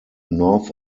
north